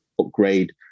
upgrade